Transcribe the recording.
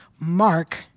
Mark